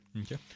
Okay